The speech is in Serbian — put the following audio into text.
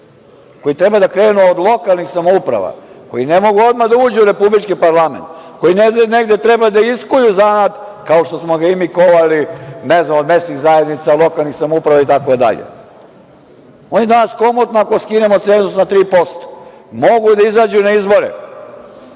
koji treba da krenu od lokalnih samouprava, koji ne mogu odmah da uđu u republički parlament, koji negde treba da iskuju zanat, kao što smo ga i mi kovali, ne znam od mesnih zajednica, lokalnih samouprava i tako dalje? Oni danas komotno, ako skinemo cenzus na 3%, mogu da izađu na izbore,